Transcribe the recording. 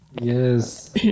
yes